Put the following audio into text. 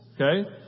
Okay